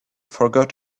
forgot